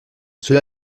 cela